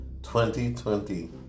2020